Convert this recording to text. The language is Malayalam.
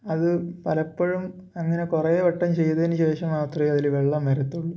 അത് പലപ്പോഴും അങ്ങനെ കുറെ വട്ടം ചെയ്തതിന് ശേഷം മാത്രമേ അതിൽ വെള്ളം വരത്തുള്ളൂ